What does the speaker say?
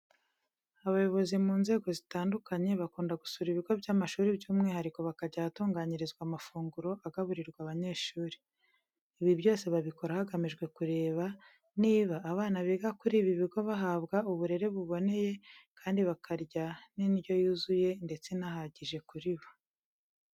Abayobozi mu nzego zitandukanye, bakunda gusura ibigo by'amashuri by'umwihariko bakajya ahatunganyirizwa amafunguro agaburirwa abanyeshuri. Ibi byose babikora hagamijwe kureba niba abana biga kuri ibi bigo bahabwa uburere buboneye, kandi bakarya n'indyo yuzuye ndetse inahagije kuri bo.